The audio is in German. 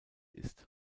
ist